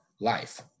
life